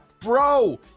Bro